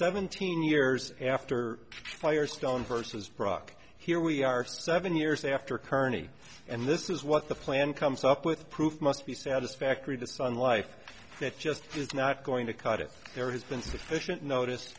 seventeen years after firestone versus brock here we are seven years after kearney and this is what the plan comes up with proof must be satisfactory to sun life that just is not going to cut it there has been sufficient notice